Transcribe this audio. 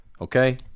Okay